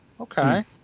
Okay